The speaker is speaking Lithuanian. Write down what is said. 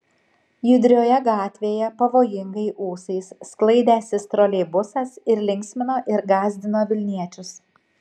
judrioje gatvėje pavojingai ūsais sklaidęsis troleibusas ir linksmino ir gąsdino vilniečius